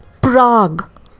Prague